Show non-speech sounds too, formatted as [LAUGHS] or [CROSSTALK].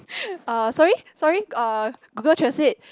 [LAUGHS] uh sorry sorry uh Google translate